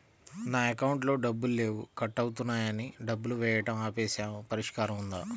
నా అకౌంట్లో డబ్బులు లేవు కట్ అవుతున్నాయని డబ్బులు వేయటం ఆపేసాము పరిష్కారం ఉందా?